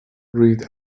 read